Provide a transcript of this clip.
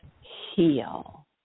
heal